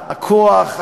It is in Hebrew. הכוח,